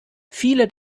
viele